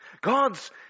God's